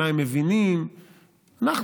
מה